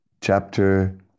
chapter